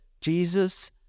Jesus